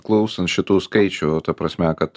klausant šitų skaičių ta prasme kad